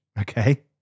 Okay